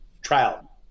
trial